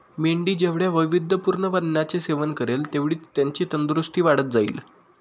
मेंढी जेवढ्या वैविध्यपूर्ण अन्नाचे सेवन करेल, तेवढीच त्याची तंदुरस्ती वाढत जाईल